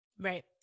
Right